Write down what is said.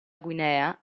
guinea